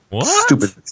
stupid